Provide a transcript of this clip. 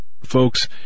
folks